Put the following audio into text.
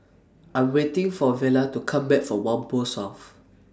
I Am waiting For Vela to Come Back from Whampoa South